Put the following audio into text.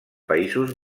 països